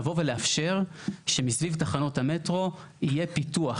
לבוא ולאפשר שסביב תחנות המטרו יהיה פיתוח